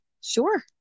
Sure